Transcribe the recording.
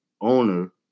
owner